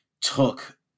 took